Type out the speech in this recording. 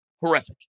Horrific